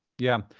yeah.